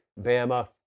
Bama